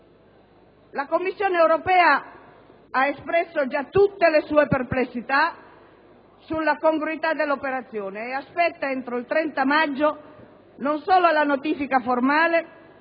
La Commissione europea ha espresso già tutte le sue perplessità sulla congruità dell'operazione e aspetta, entro il 30 maggio, non solo la notifica formale